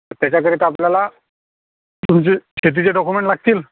तर त्याच्याकरिता आपल्याला तुमचे शेतीचे डॉक्युमेंट लागतील